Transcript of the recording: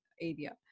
area